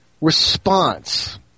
response